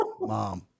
Mom